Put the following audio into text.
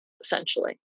essentially